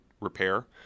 repair